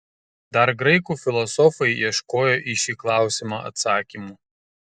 dar graikų filosofai ieškojo į šį klausimą atsakymo